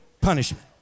punishment